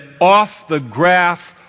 off-the-graph